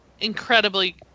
Incredibly